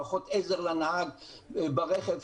מערכות עזר לנהג ברכב,